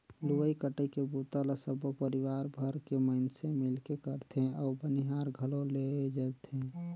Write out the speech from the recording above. लुवई कटई के बूता ल सबो परिवार भर के मइनसे मिलके करथे अउ बनियार घलो लेजथें